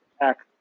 act